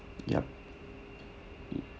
yup